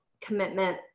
commitment